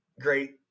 great